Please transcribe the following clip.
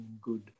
good